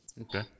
okay